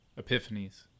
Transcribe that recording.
Epiphanies